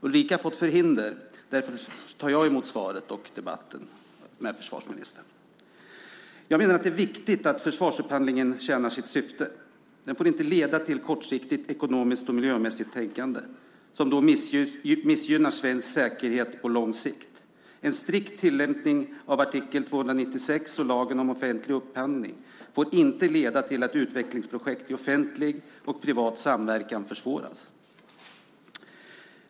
Ulrica har fått förhinder, därför är det jag som tar emot svaret och tar debatten med försvarsministern. Jag menar att det är viktigt att försvarsupphandlingen tjänar sitt syfte. Den får inte leda till kortsiktigt ekonomiskt och miljömässigt tänkande, som då missgynnar svensk säkerhet på lång sikt. En strikt tillämpning av artikel 296 och lagen om offentlig upphandling får inte leda till att utvecklingsprojekt i offentlig och privat samverkan försvåras.